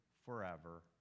forever